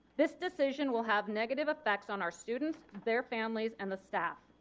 this decision will have negative effects on our students, their families and the staff.